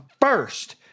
first